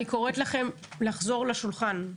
אני קוראת לכם לחזור לשולחן,